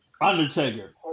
Undertaker